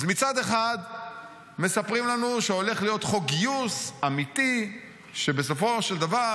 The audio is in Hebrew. מצד אחד מספרים לנו שהולך להיות חוק גיוס אמיתי שבסופו של דבר